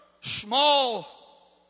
small